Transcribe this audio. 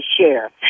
share